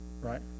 right